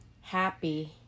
happy